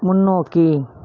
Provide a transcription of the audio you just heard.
முன்னோக்கி